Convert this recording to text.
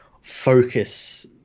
focus